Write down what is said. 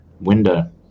window